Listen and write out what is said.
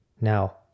Now